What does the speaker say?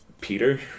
Peter